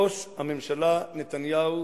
ראש הממשלה נתניהו